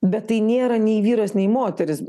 bet tai nėra nei vyras nei moteris